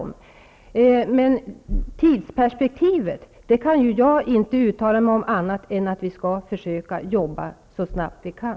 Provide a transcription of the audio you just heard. Men tidsperspektivet kan jag inte uttala mig om, annat än att vi skall försöka arbeta så snabbt vi kan.